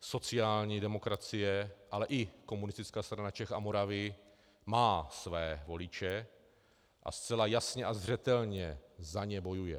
sociální demokracie, ale i Komunistická strana Čech a Moravy má své voliče a zcela jasně a zřetelně za ně bojuje.